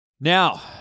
Now